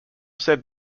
said